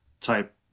type